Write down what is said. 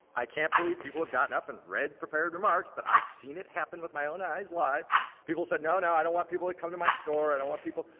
i can't believe people have gotten up and read prepared remarks but i've seen it happen with my own eyes live people said no, no, i don't want people to come to my store, i don't want people,